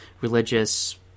religious